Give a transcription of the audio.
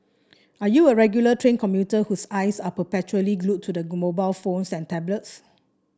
are you a regular train commuter whose eyes are perpetually glued to mobile phones and tablets